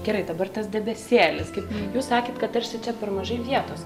gerai dabar tas debesėlis kaip jūs sakėt kad tarsi čia per mažai vietos